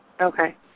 Okay